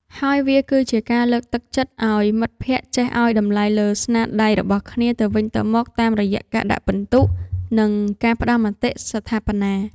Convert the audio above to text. ហើយវាគឺជាការលើកទឹកចិត្តឱ្យមិត្តភក្តិចេះឱ្យតម្លៃលើស្នាដៃរបស់គ្នាទៅវិញទៅមកតាមរយៈការដាក់ពិន្ទុ និងការផ្ដល់មតិស្ថាបនា។